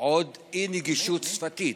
עוד אי-נגישות שפתית.